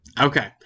Okay